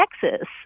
Texas